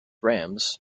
rams